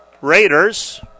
Raiders